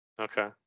Okay